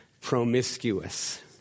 promiscuous